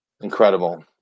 Incredible